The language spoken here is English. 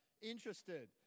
Interested